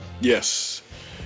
yes